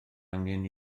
angen